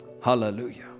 Hallelujah